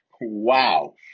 Wow